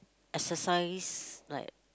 exercise like